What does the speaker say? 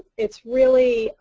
it's really,